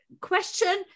question